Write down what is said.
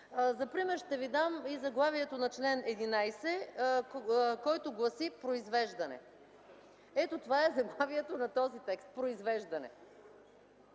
За пример ще ви дам и заглавието на чл. 11, който гласи: произвеждане. Ето това е заглавието на този текст – произвеждане.